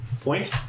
point